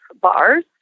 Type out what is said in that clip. Bars